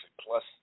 plus